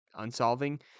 unsolving